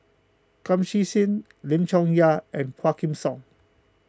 Kum Chee Kin Lim Chong Yah and Quah Kim Song